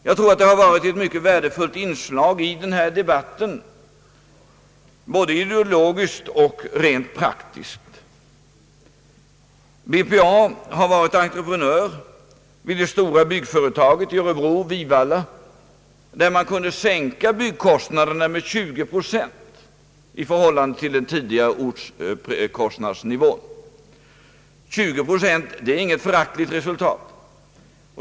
Jag tror att det har varit ett mycket värdefullt inslag i denna debatt, både ideologiskt och rent praktiskt. BPA har varit entreprenör för det stora byggföretaget i Örebro Vivalla, där man kunde sänka byggnadskostnaderna med 20 procent i förhållande till den tidigare ortskostnadsnivån. Tjugo procent är inget föraktligt resultat.